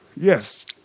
Yes